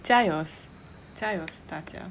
加油加油大家